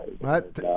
Right